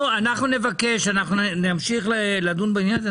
אנחנו נמשיך לדון בעניין הזה,